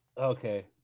Okay